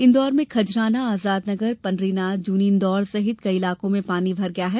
इंदौर में खजराना आजाद नगर पंढरीनाथ जूनी इंदौर सहित कई इलाकों में पानी भर गया है